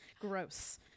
Gross